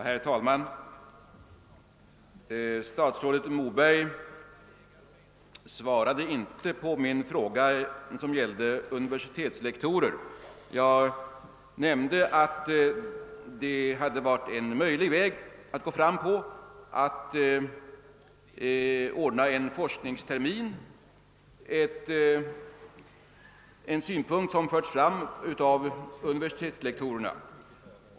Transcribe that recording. Herr talman! Statsrådet Moberg svarade inte på min fråga, som gällde universitetslektorer. Jag nämnde att det skulle vara möjligt att lösa problemen genom att anordna en forskningstermin, en synpunkt som framförts av universitetsrektorerna.